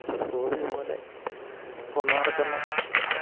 ഒരു ഹോബി പോലെ കൊണ്ടുനടക്കുന്നു